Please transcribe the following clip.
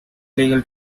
legal